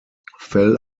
fell